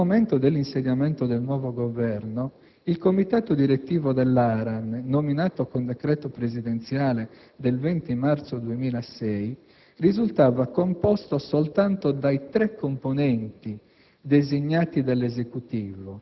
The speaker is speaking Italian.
il Presidente. Al momento dell'insediamento del nuovo Governo, il Comitato direttivo dell'ARAN, nominato con decreto presidenziale del 20 marzo 2006, risultava composto soltanto dai tre componenti